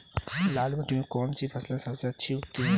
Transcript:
लाल मिट्टी में कौन सी फसल सबसे अच्छी उगती है?